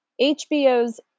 HBO's